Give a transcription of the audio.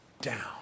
down